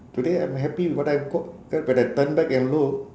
today I'm happy with what I've got that when I turn back and look